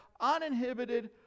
uninhibited